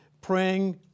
praying